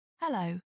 Hello